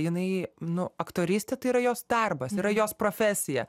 jinai nu aktorystė tai yra jos darbas yra jos profesija